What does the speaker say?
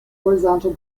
horizontal